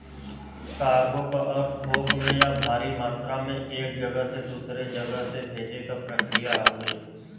cargo क अर्थ थोक में या भारी मात्रा में एक जगह से दूसरे जगह से भेजे क प्रक्रिया हउवे